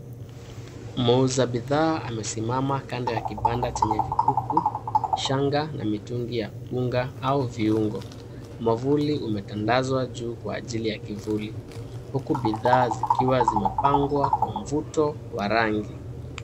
Muuza bidhaa amesimama kando ya kibanda chenye vikuku, shanga na mitungi ya unga au viungo. Mwavuli umetandazwa juu kwa ajili ya kivuli, huku bidhaa zikiwa zimepangwa kwa mvuto wa rangi.